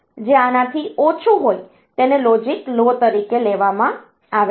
જે આનાથી ઓછું હોય તેને લોજિક લો તરીકે લેવામાં આવે છે